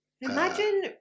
Imagine